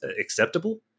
acceptable